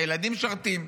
הילדים משרתים.